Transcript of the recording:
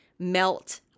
Melt